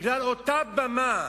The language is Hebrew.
בגלל אותה במה,